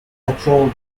actual